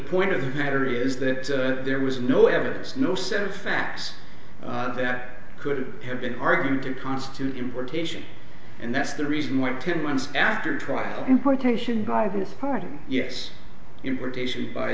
point of the matter is that there was no evidence no set of facts that could have been argued to constitute importation and that's the reason why ten months after trial importation by the party yes